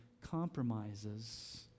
compromises